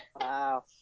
Wow